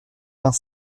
vingt